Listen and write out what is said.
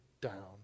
down